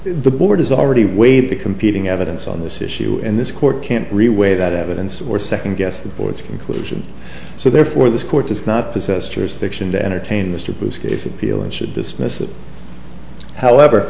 the board is already weighed the competing evidence on this issue and this court can't really weigh that evidence or second guess the board's conclusion so therefore this court does not possess jurisdiction to entertain mr bruce case appeal and should dismiss it however